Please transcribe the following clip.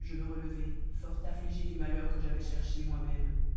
je me relevai fort affligé du malheur que j'avais cherché moi-même